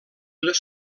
les